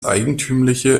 eigentümliche